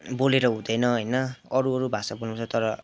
बोलेर हुँदैन होइन अरू अरू भाषा बोल्नु पर्छ तर